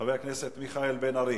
חבר הכנסת מיכאל בן-ארי,